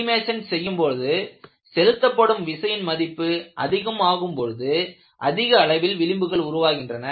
animation செய்யும்போது செலுத்தப்படும் விசையின் மதிப்பு அதிகமாகும் பொழுது அதிக அளவில் விளிம்புகள் உருவாகின்றன